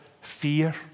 fear